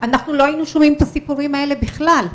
אנחנו לא היינו שומעים את הסיפורים האלה בכלל,